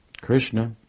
Krishna